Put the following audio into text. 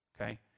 okay